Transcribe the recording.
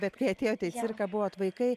bet kai atėjote į cirką buvot vaikai